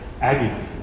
Aggie